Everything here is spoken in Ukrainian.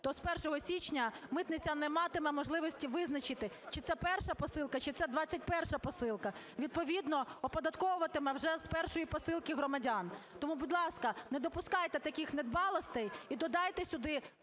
то з 1 січня митниця не матиме можливості визначити, чи це перша посилка, чи це двадцять перша посилка, відповідно оподатковуватиме вже з першої посилки громадян. Тому, будь ласка, не допускайте таких недбалостей і додайте сюди